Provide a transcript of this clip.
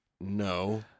no